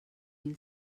mil